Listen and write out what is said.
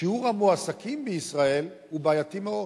שיעור המועסקים בישראל הוא בעייתי מאוד.